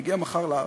הוא יגיע מחר לארץ,